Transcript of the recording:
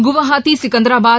Guwahati Secunderabad